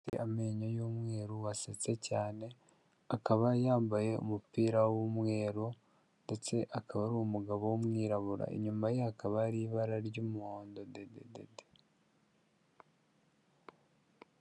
Amenyo y'umweru wasetse cyane, akaba yambaye umupira w'umweru ndetse akaba ari umugabo w'umwirabura. Inyuma ye hakaba hari ibara ry'umuhondo dededede.